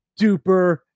duper